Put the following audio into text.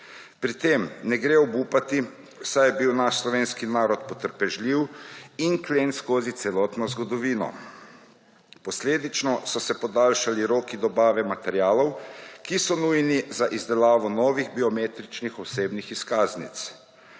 Pri tem ne gre obupati saj je bil naš slovenski narod potrpežljiv in / nerazumljivo/ skozi celotno zgodovino. Posledično so se podaljšali roki dobave materialov, ki so nujni za izdelavo novih biometričnih osebnih izkaznic.